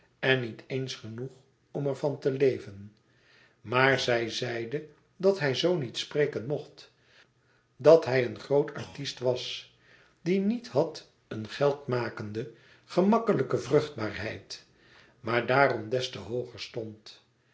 en niet eens genoeg om ervan te leven maar zij zeide dat hij zoo niet spreken mocht dat hij een groot artist was die niet had een geldmakende gemakkelijke vruchtbaarheid maar daarom des te hooger stond